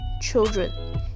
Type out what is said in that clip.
children